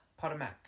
Potomac